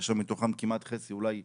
כאשר מתוכן אולי חצי,